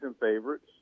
favorites